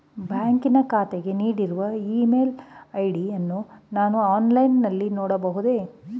ಬ್ಯಾಂಕಿನ ಖಾತೆಗೆ ನೀಡಿರುವ ಇ ಮೇಲ್ ಐ.ಡಿ ಯನ್ನು ನಾನು ಆನ್ಲೈನ್ ನಲ್ಲಿ ನೀಡಬಹುದೇ?